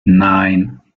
nine